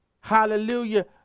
Hallelujah